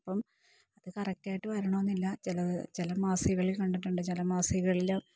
അപ്പോള് അത് കറക്റ്റായിട്ട് വരണമെന്നില്ല ചിലതു ചില മാസികകളിൽ കണ്ടിട്ടുണ്ട് ചില മാസികകളില്